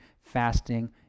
fasting